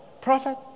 prophet